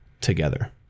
together